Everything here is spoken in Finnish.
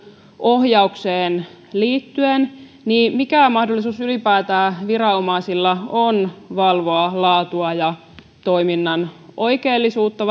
ohjaukseen liittyen mikä mahdollisuus ylipäätään viranomaisilla on valvoa laatua ja toiminnan oikeellisuutta